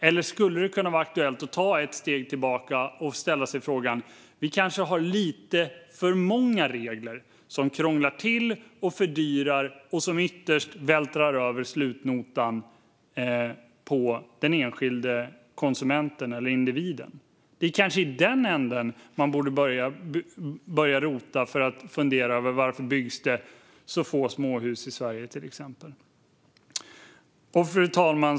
Eller skulle det kunna vara aktuellt att ta ett steg tillbaka och ställa sig frågan om vi kanske har lite för många regler som krånglar till och fördyrar och som ytterst vältrar över slutnotan på den enskilda individen? Det är kanske i den änden man borde börja rota för att hitta svaren på varför det byggs så få småhus i Sverige. Fru talman!